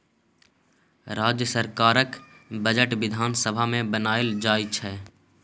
राज्य सरकारक बजट बिधान सभा मे बनाएल जाइ छै